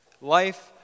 Life